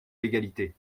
l’égalité